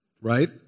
Right